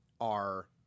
are-